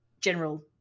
general